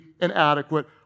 inadequate